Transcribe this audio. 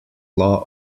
law